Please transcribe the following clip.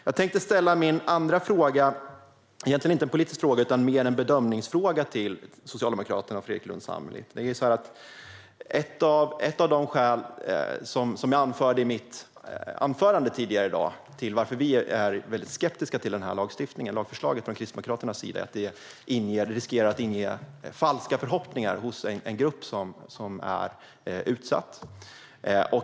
Jag tänkte ställa min andra fråga till Socialdemokraterna och Fredrik Lundh Sammeli. Det är egentligen inte en politisk fråga utan mer en bedömningsfråga. Som jag sa i mitt anförande är ett av skälen till att vi kristdemokrater är väldigt skeptiska till det här lagförslaget att det riskerar att inge falska förhoppningar hos en grupp som är utsatt.